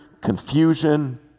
confusion